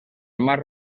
mar